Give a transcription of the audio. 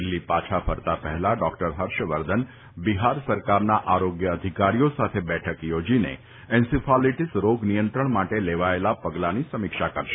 દિલ્હી પાછા ફરતા પહેલા ડોકટર હર્ષવર્ધન બિહાર સરકારના આરોગ્ય અધિકારીઓ સાથે બેઠક યોજીને એન્સીફાલીટીસ રોગ નિયંત્રણ માટે લેવાયેલા પગલાંની સમીક્ષા કરશે